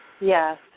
Yes